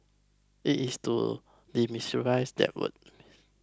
it is to demystify that word